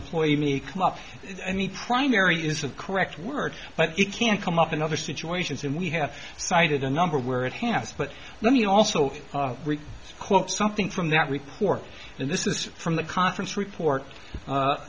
employee may come up and he primary is the correct word but you can't come up in other situations and we have cited a number where it has but let me also quote something from that report and this is from the conference report